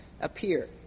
appear